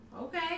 Okay